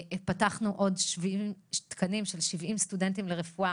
פתחנו עוד תקנים של 70 סטודנטים לרפואה